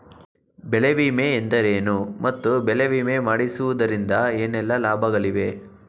ಬೆಳೆ ವಿಮೆ ಎಂದರೇನು ಮತ್ತು ಬೆಳೆ ವಿಮೆ ಮಾಡಿಸುವುದರಿಂದ ಏನೆಲ್ಲಾ ಲಾಭಗಳಿವೆ?